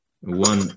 one